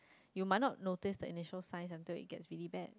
you might not notice that initial sign until you get really bad